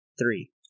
three